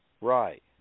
Right